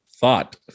thought